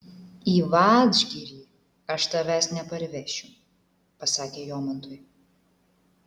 į vadžgirį aš tavęs neparvešiu pasakė jomantui